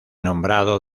nombrado